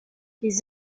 les